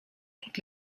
toutes